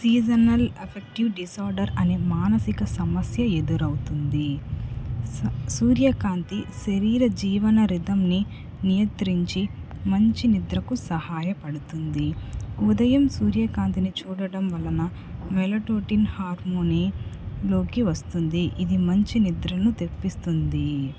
seasonal affective disorder అనే మానసిక సమస్య ఎదురవుతుంది సూర్యకాంతి శరీర జీవన రిధంని నియంత్రించి మంచి నిద్రకు సహాయపడుతుంది ఉదయం సూర్యకాంతిని చూడడం వలన వెెలటోనిన్ హార్మోన్లోకి వస్తుంది ఇది మంచి నిద్రను తెప్పిస్తుంది